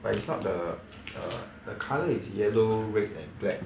but it's not the the the colour is yellow red and black